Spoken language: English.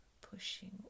pushing